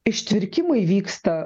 ištvirkimai vyksta